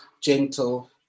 gentle